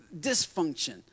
dysfunction